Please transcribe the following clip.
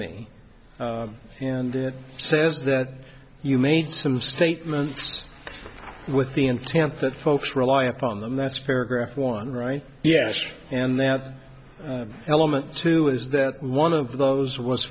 me and it says that you made some statements with the intent that folks rely upon them that's paragraph one right yes and that element two is that one of those was